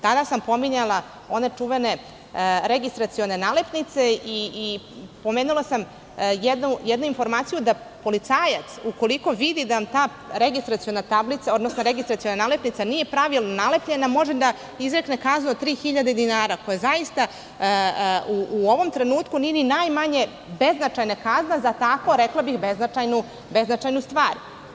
Tada sam pominjala one čuvene registracione nalepnice i pomenula sam jednu informaciju da policajac ukoliko vidi da ta registraciona tablica, odnosno registraciona nalepnica, nije pravilno nalepljena, može da izrekne kaznu od tri hiljade dinara, koja zaista u ovom trenutku nije ni najmanje beznačajna kazna za tako, rekla bih, beznačajnu stvar.